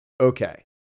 Okay